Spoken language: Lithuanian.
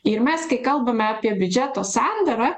ir mes kai kalbame apie biudžeto sandarą